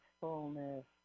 fullness